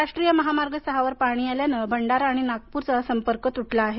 राष्ट्रीय महामार्ग सहावर पाणी आल्यानं भंडारा आणि नागपूरचा संपर्क तुटला आहे